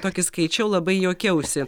tokį skaičiau labai juokiausi